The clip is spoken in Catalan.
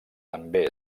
també